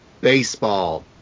baseball